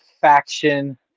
faction